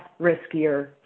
riskier